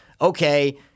okay